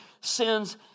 sins